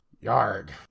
Yard